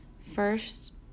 first